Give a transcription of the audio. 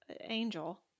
angel